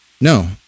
no